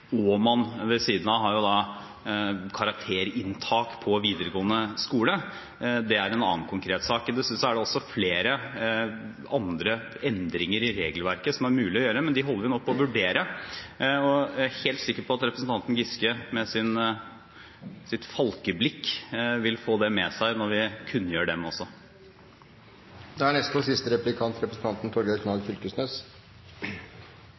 og ved siden av har man karakterinntak på videregående skole. Det er en annen konkret sak. Dessuten er det også flere andre endringer i regelverket som det er mulig å gjøre, men de holder vi nå på å vurdere. Jeg er helt sikker på at representanten Giske med sitt falkeblikk vil få det med seg når vi kunngjør dem også. «Tidstjuv» er jo eit veldig negativt lada ord, og